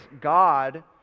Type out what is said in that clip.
God